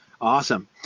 Awesome